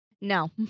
No